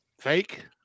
Fake